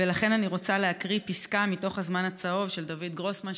ולכן אני רוצה להקריא פסקה מתוך "הזמן הצהוב" של דויד גרוסמן,